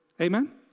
Amen